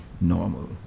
normal